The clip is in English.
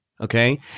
okay